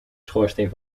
schoorsteen